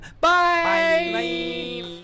bye